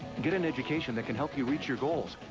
get an education that can help you reach your goals.